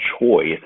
choice